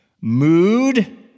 mood